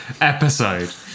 episode